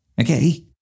okay